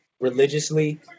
religiously